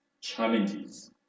challenges